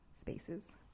spaces